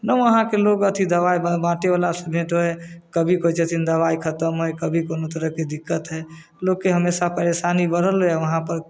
नहि वहाँके लोक अथी दवाइ बाँटैवला से भेट होइ हइ कभी कहै छथिन दवाइ खतम हइ कभी कोनो तरहके दिक्कत हइ लोकके हमेशा परेशानी बढ़ल रहै हइ वहाँपर